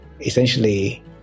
essentially